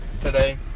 today